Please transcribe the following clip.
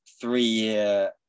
three-year